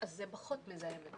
זה פחות מזהם.